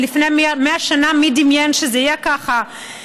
ולפני 100 שנה מי דמיין שזה יהיה ככה,